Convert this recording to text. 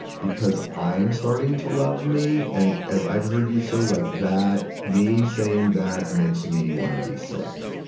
because i'm starting to love me. and, as i've heard you say, like that, me saying that makes me wanna be sick.